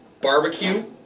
barbecue